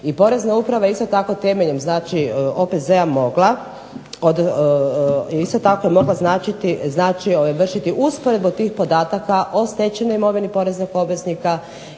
I Porezna uprava isto tako temeljem znači OPZ-a mogla, znači vršiti usporedbu tih podataka o stečenoj imovini poreznog obveznika